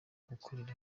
gukorera